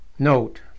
Note